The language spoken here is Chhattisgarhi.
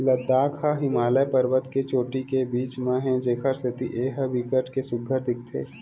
लद्दाख ह हिमालय परबत के चोटी के बीच म हे जेखर सेती ए ह बिकट के सुग्घर दिखथे